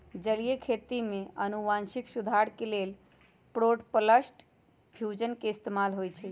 जलीय खेती में अनुवांशिक सुधार के लेल प्रोटॉपलस्ट फ्यूजन के इस्तेमाल होई छई